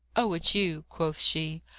oh, it's you! quoth she.